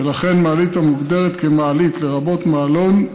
וכן מעלית מוגדרת כמעלית לרבות מעלון,